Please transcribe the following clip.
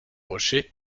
rocher